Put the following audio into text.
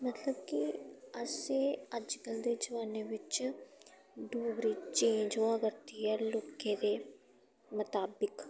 मतलब कि असें अजकल्ल दे जमान्ने बिच्च डोगरी चेंज होआ करदी ऐ लोकें दे मताबक